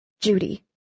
Judy